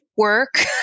work